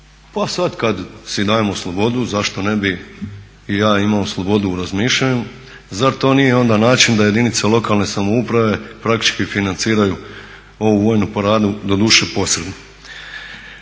Pa sad kad si dajemo slobodu zašto ne bi i ja imao slobodu u razmišljanju. Zar to nije onda način da jedinice lokalne samouprave praktički financiraju ovu vojnu paradu, doduše posredno.